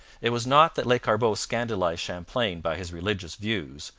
it was not that lescarbot scandalized champlain by his religious views,